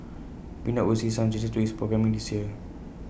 pink dot will see some changes to its programming this year